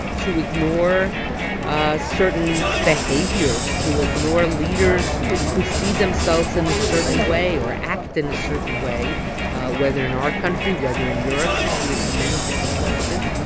to ignore ah certain behaviors, to ignore leaders who see themselves in a certain way or act in a certain way whether in our country, whether in europe. you see it in many different places.